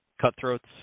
Cutthroats